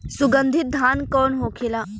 सुगन्धित धान कौन होखेला?